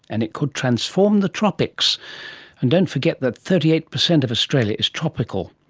and it could transform the tropics and don't forget that thirty eight per cent of australia is tropical.